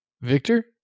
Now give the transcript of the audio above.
Victor